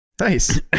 Nice